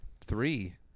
Three